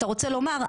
אתה רוצה לומר,